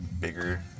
bigger